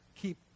keep